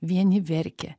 vieni verkia